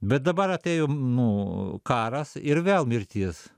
bet dabar atėjo nu karas ir vėl mirtis